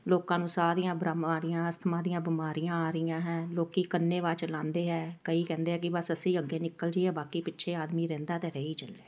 ਲੋਕਾਂ ਨੂੰ ਸਾਹ ਦੀਆਂ ਬਿਮਾਰੀਆਂ ਅਸਥਮਾ ਦੀਆਂ ਬਿਮਾਰੀਆਂ ਆ ਰਹੀਆਂ ਹੈ ਲੋਕ ਅੰਨੇ ਵਾ ਚਲਾਉਂਦੇ ਹੈ ਕਈ ਕਹਿੰਦੇ ਆ ਕਿ ਬਸ ਅਸੀਂ ਅੱਗੇ ਨਿਕਲ ਜਾਈਏ ਬਾਕੀ ਪਿੱਛੇ ਆਦਮੀ ਰਹਿੰਦਾ ਤਾਂ ਰਹੀ ਜਾਵੇ